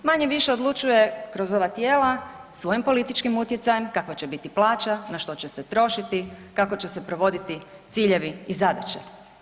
Manje-više odlučuje kroz ova tijela svojim političkim utjecajem kakva će biti plaća, na što će se trošiti, kako će se provoditi ciljevi i zadaće.